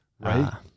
Right